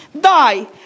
die